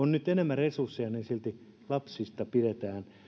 resursseja silti lapsista pidetään